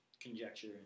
conjecture